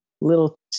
little